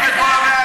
שתרכיב את כל ה-120.